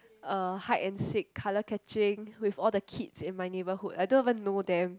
uh hide and seek colour catching with all the kids in my neighbourhood I don't even know them